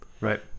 Right